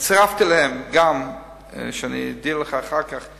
צירפתי להם, אני אודיע לך אחר כך,